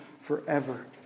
forever